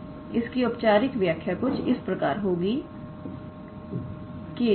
तो इसकी औपचारिक व्याख्या कुछ इस प्रकार होगी कि